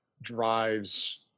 Drives